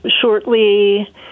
shortly